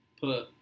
put